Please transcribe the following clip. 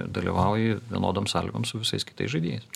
dalyvauji vienodom sąlygom su visais kitais žaidėjais